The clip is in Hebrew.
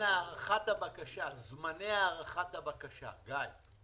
זמני הארכת הבקשה, גיא.